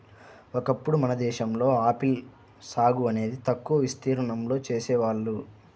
ఒకప్పుడు మన దేశంలో ఆపిల్ సాగు అనేది తక్కువ విస్తీర్ణంలో చేసేవాళ్ళు